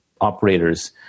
operators